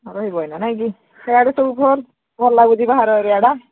ରହିିବ ଏଇନା ନାଇଁକି ସେଇଆଡ଼େ ସବୁ ଭଲ୍ ଭଲ୍ ଲାଗୁଛି ବାହାର ଏରିଆଟା